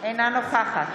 אינה נוכחת